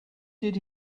did